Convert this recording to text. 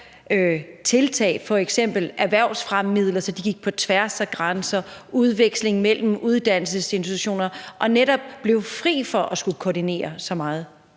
tiltag, f.eks. erhvervsfremmemidler, så de gik på tværs af grænser, og så vi fik udveksling mellem uddannelsesinstitutioner og netop blev fri for at skulle koordinere så meget?